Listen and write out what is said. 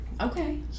Okay